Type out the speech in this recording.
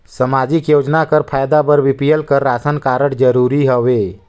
समाजिक योजना कर फायदा बर बी.पी.एल कर राशन कारड जरूरी हवे?